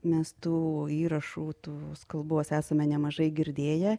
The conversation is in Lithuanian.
mes tų įrašų tos kalbos esame nemažai girdėję